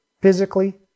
physically